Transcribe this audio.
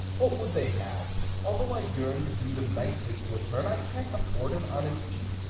what would they have although i yearn to do them nicely to a turn, i can't afford an honest heat.